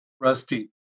Rusty